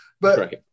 But-